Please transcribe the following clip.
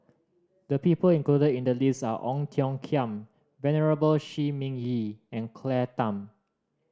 the people included in the list are Ong Tiong Khiam Venerable Shi Ming Yi and Claire Tham